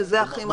שזה הכי מחמיר.